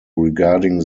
regarding